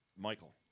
Michael